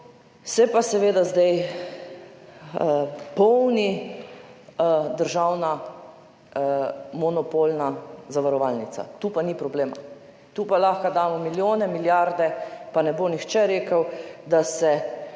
se pa seveda zdaj polni državna monopolna zavarovalnica, tu pa ni problema, tu pa lahko damo milijone, milijarde, pa ne bo nihče rekel, da se